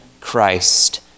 Christ